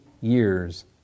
years